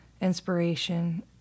Inspiration